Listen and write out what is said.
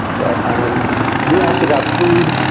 but, um you asked about food.